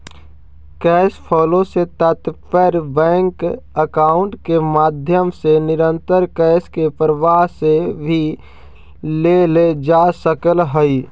cash flow से तात्पर्य bank account के माध्यम से निरंतर कैश के प्रवाह से भी लेल जा सकऽ हई